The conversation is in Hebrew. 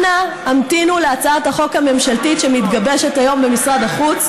אנא המתינו להצעת החוק הממשלתית שמתגבשת היום במשרד החוץ,